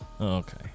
Okay